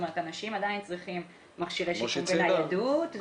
אנשים עדיין צריכים מכשירי שיקום וניידות,